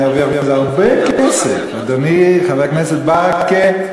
אני ארוויח מזה הרבה כסף, אדוני חבר הכנסת ברכה.